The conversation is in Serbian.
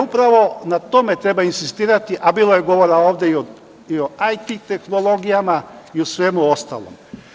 Upravo na tome treba insistirati, a bilo je govora ovde i o IT tehnologijama i o svemu ostalom.